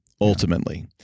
ultimately